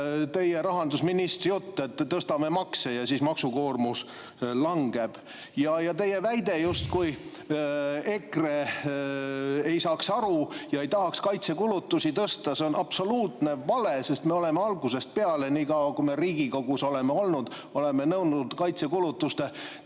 teie rahandusministri jutt, et tõstame makse ja siis maksukoormus langeb. Teie väide, justkui EKRE ei saaks aru ega tahaks kaitsekulutusi tõsta, on absoluutne vale, sest me oleme algusest peale, nii kaua kui me Riigikogus oleme olnud, nõudnud kaitsekulutuste tõstmist